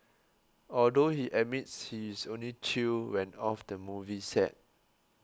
although he admits he is only chill when off the movie set